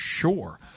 sure